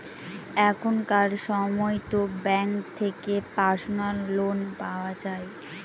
এখনকার সময়তো ব্যাঙ্ক থেকে পার্সোনাল লোন পাওয়া যায়